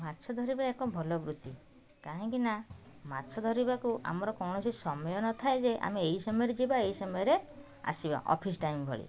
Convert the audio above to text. ମାଛ ଧରିବା ଏକ ଭଲ ବୃତ୍ତି କାହିଁକିନା ମାଛ ଧରିବାକୁ ଆମର କୌଣସି ସମୟ ନଥାଏ ଯେ ଆମେ ଏଇ ସମୟରେ ଯିବା ଏଇ ସମୟରେ ଆସିବା ଅଫିସ୍ ଟାଇମ୍ ଭଳି